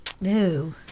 No